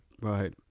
Right